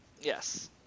Yes